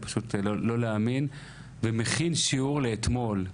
זה פשוט לא להאמין ומכין שיעור לאתמול,